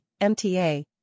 MTA